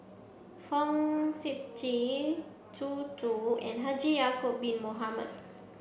Fong Sip Chee Zhu Zu and Haji Ya'acob Bin Mohamed